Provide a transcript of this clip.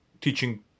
teaching